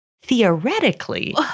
theoretically